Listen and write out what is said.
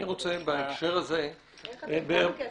אני רוצה בהקשר הזה -- כמה כסף,